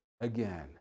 again